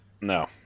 No